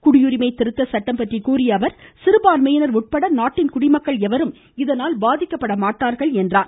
குடியுரிமை திருத்த சட்டம் பற்றி கூறிய அவர் சிறுபான்மையினர் உட்பட நாட்டின் குடிமக்கள் எவரும் இதனால் பாதிக்கப்பட மாட்டார்கள் என்றார்